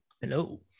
hello